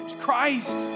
Christ